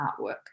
artwork